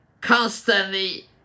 constantly